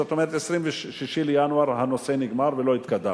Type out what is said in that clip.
זאת אומרת, ב-26 בינואר הנושא נגמר ולא התקדמנו.